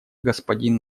господин